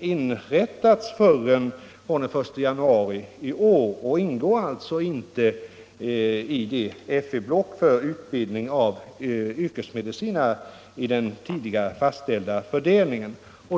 inrättats förrän den 1 januari i år och ingår alltså inte i FV-blocken för utbildning av yrkesmedicinare i den tidigare fastställda fördelningen.